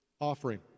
offering